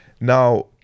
Now